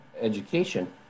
education